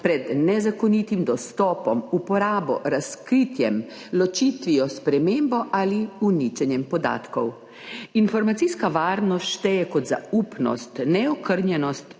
pred nezakonitim dostopom, uporabo, razkritjem, ločitvijo, spremembo ali uničenjem podatkov. Informacijska varnost šteje kot zaupnost, neokrnjenost